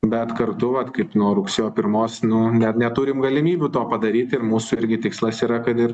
bet kartu vat kaip nuo rugsėjo pirmos nu dar neturim galimybių to padaryt ir mūsų irgi tikslas yra kad ir